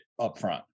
upfront